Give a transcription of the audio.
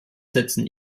setzen